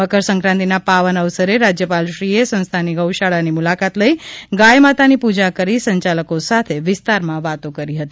મકરસંકાંતિના પાવન અવસરે રાજ્યપાલશ્રીએ સંસ્થાની ગૌશાળાની મુલાકાત લઈ ગાય માતાની પૂજા કરી સંચાલકો સાથે વિસ્તારમાં વાતો કરી હતી